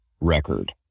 record